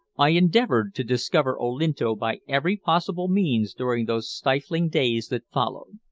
i endeavored to discover olinto by every possible means during those stifling days that followed.